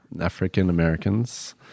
African-Americans